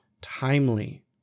timely